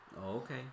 okay